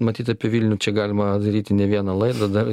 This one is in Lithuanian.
matyt apie vilnių čia galima daryti ne vieną laidą dar